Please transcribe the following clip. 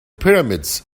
pyramids